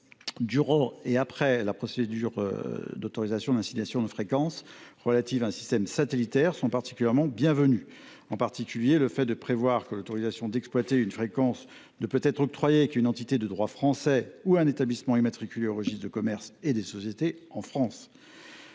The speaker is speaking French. durant et après la procédure d’autorisation d’assignation de fréquences relatives à un système satellitaire, sont particulièrement bienvenues. Je pense en particulier au fait de prévoir que l’autorisation d’exploiter une fréquence ne peut être octroyée qu’à une entité de droit français ou à un établissement immatriculé au registre du commerce et des sociétés en France.